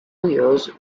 ears